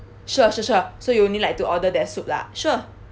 sure sure sure so you only like to order that soup lah sure